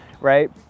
right